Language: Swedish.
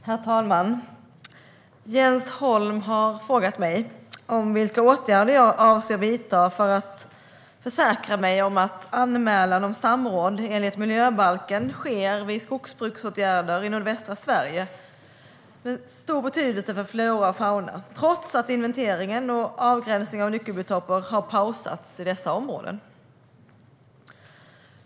Herr talman! Jens Holm har frågat mig vilka åtgärder jag avser att vidta för att försäkra mig om att anmälan om samråd enligt miljöbalken sker vid skogsbruksåtgärder i nordvästra Sverige med stor betydelse för flora och fauna trots att inventeringen och avgränsningen av nyckelbiotoper har pausats i dessa områden.